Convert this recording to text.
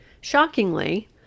Shockingly